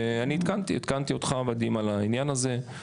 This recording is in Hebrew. אני עדכנתי אותך ודים על העניין הזה,